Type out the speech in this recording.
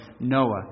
Noah